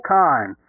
time